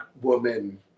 woman